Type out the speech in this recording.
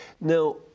Now